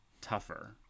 tougher